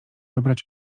wybrać